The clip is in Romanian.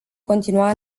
continua